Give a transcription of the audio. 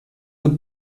der